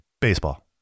Baseball